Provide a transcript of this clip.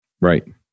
Right